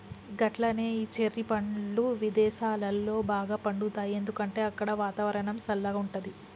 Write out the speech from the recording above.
గట్లనే ఈ చెర్రి పండ్లు విదేసాలలో బాగా పండుతాయి ఎందుకంటే అక్కడ వాతావరణం సల్లగా ఉంటది